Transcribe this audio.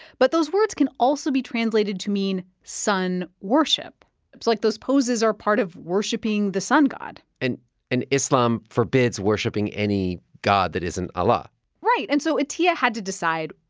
but those words can also be translated to mean sun worship. it's like those poses are part of worshipping the sun god and and islam forbids worshipping any god that isn't allah right. and so atiya had to decide,